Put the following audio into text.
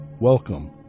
Welcome